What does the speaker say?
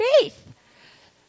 faith